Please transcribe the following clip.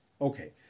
Okay